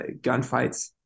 gunfights